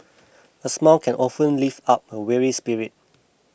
a smile can often lift up a weary spirit